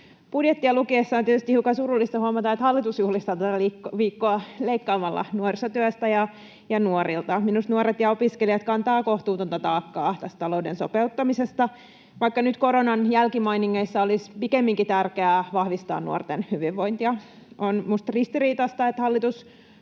Budjettia lukiessa on tietysti hiukan surullista huomata, että hallitus juhlistaa tätä viikkoa leikkaamalla nuorisotyöstä ja nuorilta. Minusta nuoret ja opiskelijat kantavat kohtuutonta taakkaa tästä talouden sopeuttamisesta, vaikka nyt koronan jälkimainingeissa olisi pikemminkin tärkeää vahvistaa nuorten hyvinvointia. On minusta ristiriitaista, että hallitus